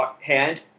hand